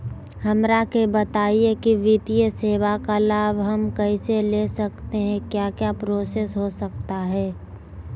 हमरा के बताइए की वित्तीय सेवा का लाभ हम कैसे ले सकते हैं क्या क्या प्रोसेस हो सकता है?